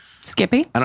Skippy